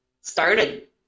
started